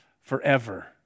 forever